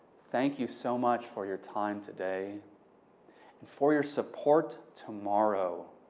thank you so much for your time today and for your support tomorrow.